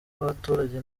bw’abaturage